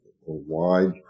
wide